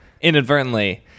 inadvertently